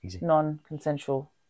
non-consensual